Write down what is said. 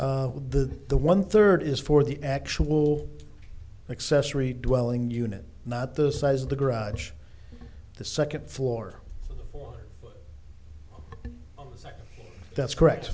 the the one third is for the actual accessory dwelling unit not the size of the garage the second floor or that's correct